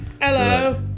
hello